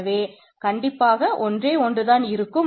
எனவே கண்டிப்பாக ஒன்றே ஒன்றுதான் இருக்கும்